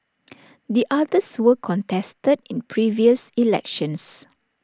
the others were contested in previous elections